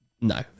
no